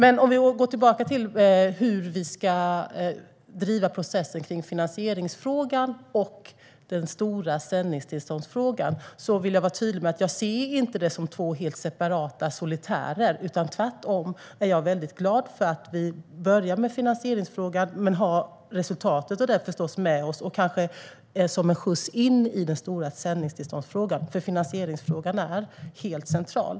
Men om vi går tillbaka till hur vi ska driva processen kring finansieringsfrågan och den stora sändningstillståndsfrågan vill jag vara tydlig med att jag inte ser det som två helt separata solitärer. Tvärtom är jag väldigt glad för att vi börjar med finansieringsfrågan och sedan förstås har resultatet av det med oss. Det blir kanske som en skjuts in i den stora sändningstillståndsfrågan. Finansieringsfrågan är nämligen helt central.